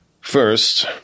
First